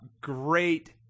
great